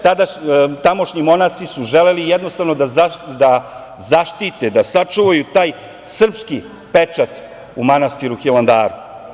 Tamošnji monasi su želeli jednostavno da zaštite, da sačuvaju taj srpski pečat u manastiru Hilandaru.